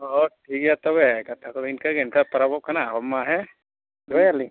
ᱦᱳᱭ ᱴᱷᱤᱠ ᱜᱮᱭᱟ ᱛᱚᱵᱮ ᱠᱟᱛᱷᱟ ᱠᱚᱫᱚ ᱤᱱᱠᱟᱹ ᱛᱚᱵᱮ ᱮᱱᱠᱷᱟᱱ ᱯᱟᱨᱟᱵᱽ ᱠᱟᱱᱟ ᱦᱮᱸ ᱫᱚᱦᱚᱭᱟᱞᱤᱧ